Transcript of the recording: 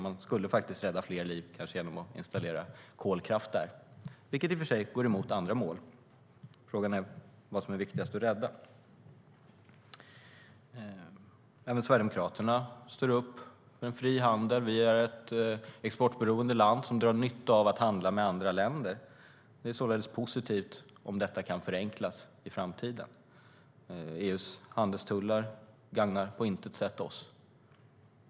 Man skulle faktiskt rädda fler liv genom att installera kolkraft där, vilket i och för sig går emot andra mål. Frågan är vad som är viktigast att rädda. Även Sverigedemokraterna står upp för en fri handel. Vi är ett exportberoende land som drar nytta av att handla med andra länder. Det är således positivt om detta kan förenklas i framtiden. EU:s handelstullar gagnar på intet sätt oss.